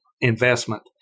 investment